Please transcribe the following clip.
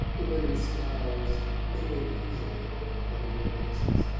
the women's smiles mingled easily over the common reminiscence,